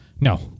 No